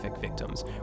victims